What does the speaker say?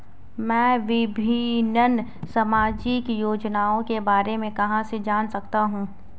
मैं विभिन्न सामाजिक योजनाओं के बारे में कहां से जान सकता हूं?